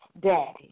Daddy